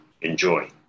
Enjoy